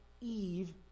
Eve